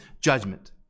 judgment